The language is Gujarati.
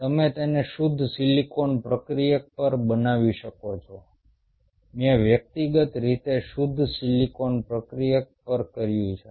તમે તેને શુદ્ધ સિલિકોન પ્રક્રિયક પર બનાવી શકો છો મેં વ્યક્તિગત રીતે શુદ્ધ સિલિકોન પ્રક્રિયક પર કર્યું છે